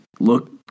Look